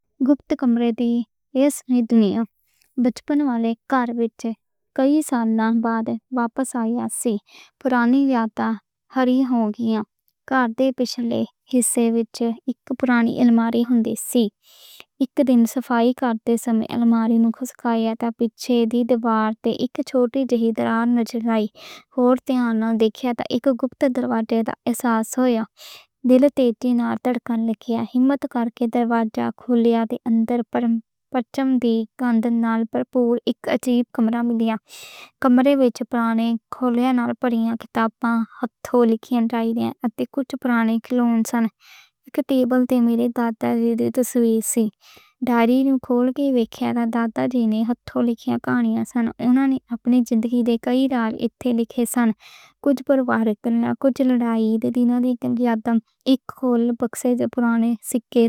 گپت کمرے دی وچ میں جدوں بچپن والے کار وچ کئی سالاں بعد واپس آیا سی، پرانی یاداں ہوئیاں۔ کار دے پچھلے حصے وچ اک پرانی علماری سی، اک دن صفائی کردے سمے۔ علماری دے پچھے دی دیوار وچ اک چھوٹی جہی دراڑ نظر آئی۔ اوہنوں ویکھ کے اک گپت دروازے دا احساس ہویا، دل تے ٹھنڈ لگئی۔ ہمت کر کے دروازہ کھولیا تے اندر پرانی خوشبو نال بھریا اک عجیب کمرا ملیا۔ کمرے وچ پرانے کھلونے نال پیا، ہتھوں لکھیاں لکھتاں لئی۔ دیکھیا کچھ پرانے کھلونے سن، میز تے میرے دادا جی دیاں ہتھوں لکھیاں ڈائریاں سن۔ دادا جی نے اپنی زندگی دے کئی راز اتھے لکھے سن، کچھ بروڑے تے لئی، کچھ لڑائیاں دے نشاناں۔ اک کول بکسے وچ پرانے سکے سن۔